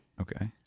Okay